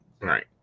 right